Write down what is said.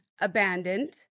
abandoned